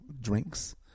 drinks